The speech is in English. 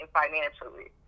financially